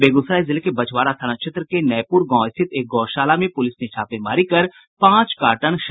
बेगूसराय जिले के बछवाड़ा थाना क्षेत्र के नैप्रर गांव स्थित एक गौशाला में प्रलिस ने छापेमारी कर पांच कार्टन शराब बरामद की है